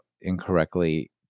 incorrectly